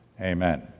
Amen